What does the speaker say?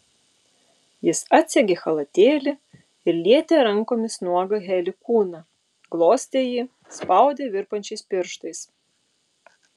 jis atsegė chalatėlį ir lietė rankomis nuogą heli kūną glostė jį spaudė virpančiais pirštais